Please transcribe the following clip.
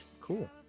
Cool